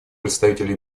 представитель